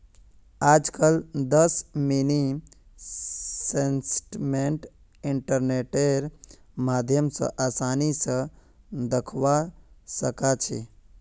आजकल दस mini statement इन्टरनेटेर माध्यम स आसानी स दखवा सखा छी